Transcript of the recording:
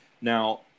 Now